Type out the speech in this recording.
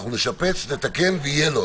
אנחנו נשפץ, נתקן, ויהיה לו.